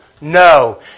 No